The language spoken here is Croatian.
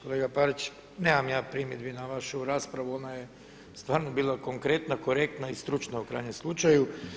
Kolega Parić, nemam ja primjedbi na vašu raspravu, ona je stvarno bila konkretna, korektna i stručna u krajnjem slučaju.